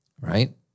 right